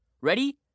Ready